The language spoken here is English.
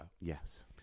Yes